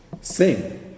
Sing